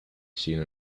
seen